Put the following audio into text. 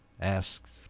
asks